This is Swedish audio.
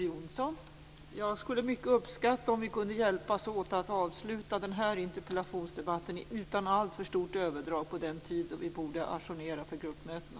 Jag skulle mycket uppskatta om vi kunde hjälpas åt att avsluta den här interpellationsdebatten utan alltför stort överdrag, så att vi kan ajournera sammanträdet i tid för gruppmötena.